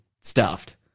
stuffed